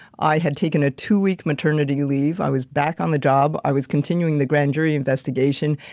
i had taken a two-week maternity leave, i was back on the job, i was continuing the grand jury investigation.